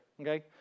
okay